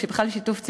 ובכלל שיתוף ציבורי,